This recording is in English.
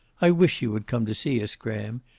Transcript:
i wish you would come to see us, graham.